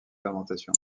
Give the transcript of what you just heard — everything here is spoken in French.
fermentation